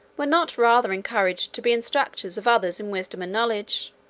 were not rather encouraged to be instructors of others in wisdom and knowledge.